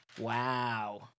Wow